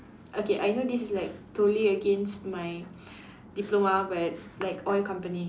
okay I know this is like totally against my diploma but like oil company